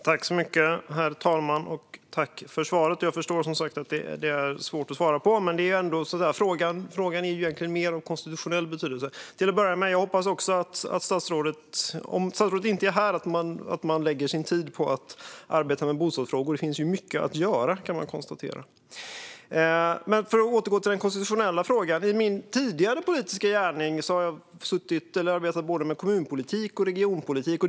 Herr talman! Tack för svaret, Mats Berglund! Jag förstår att det är svårt att svara på, men frågan har egentligen mer konstitutionell betydelse. Till att börja med hoppas jag att statsrådet, eftersom hon inte är här, lägger sin tid på att arbeta med bostadsfrågor. Vi kan ju konstatera att det finns mycket att göra. Jag vill återgå till den konstitutionella frågan. I min tidigare politiska gärning har jag arbetat med både kommunpolitik och regionpolitik.